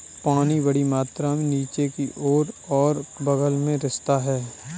पानी बड़ी मात्रा में नीचे की ओर और बग़ल में रिसता है